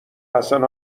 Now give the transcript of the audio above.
حسن